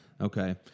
Okay